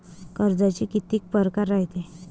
कर्जाचे कितीक परकार रायते?